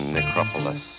Necropolis